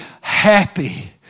happy